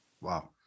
Wow